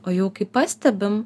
o jau kaip pastebim